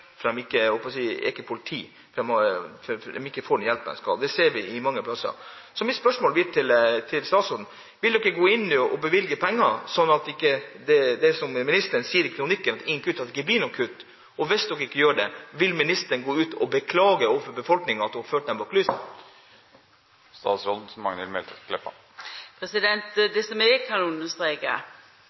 politi, og fordi de ikke får den hjelpen de skal ha. Det ser vi mange steder. Så mitt spørsmål til statsråden blir: Vil dere gå inn og bevilge penger, slik at det, som ministeren sier i kronikken, ikke blir noen kutt? Hvis dere ikke gjør det, vil ministeren gå ut og beklage overfor befolkningen at hun har ført